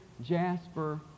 jasper